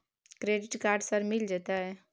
Credit card sir मिल जेतै?